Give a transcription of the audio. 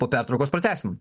po pertraukos pratęsim